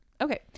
Okay